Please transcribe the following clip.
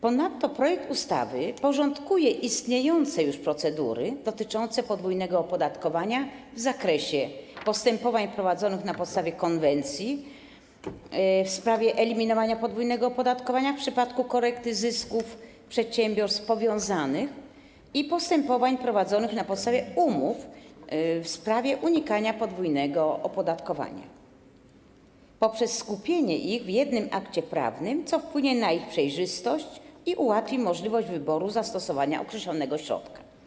Ponadto projekt ustawy porządkuje istniejące już procedury dotyczące podwójnego opodatkowania w zakresie postępowań prowadzonych na podstawie Konwencji w sprawie eliminowania podwójnego opodatkowania w przypadku korekty zysków przedsiębiorstw powiązanych i postępowań prowadzonych na podstawie umów w sprawie unikania podwójnego opodatkowania - poprzez skupienie ich w jednym akcie prawnym, co wpłynie na ich przejrzystość i ułatwi możliwość wyboru zastosowania określonego środka.